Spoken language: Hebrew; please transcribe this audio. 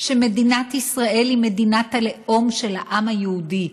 שמדינת ישראל היא מדינת הלאום של העם היהודי.